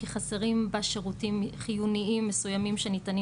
כי חסרים בה שירותים חיוניים מסויימים שניתנים